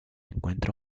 encuentra